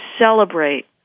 celebrate